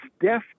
death